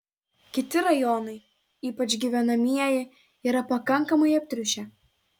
kiti rajonai ypač gyvenamieji yra pakankamai aptriušę